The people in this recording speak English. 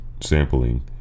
sampling